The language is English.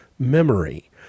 Memory